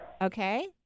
Okay